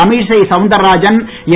Tamilisai Soundararajan என்